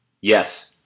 Yes